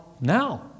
now